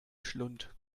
schlund